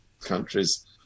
countries